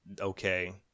Okay